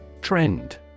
Trend